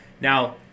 Now